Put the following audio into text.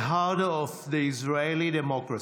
the heart of the Israeli democracy.